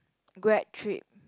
grad trip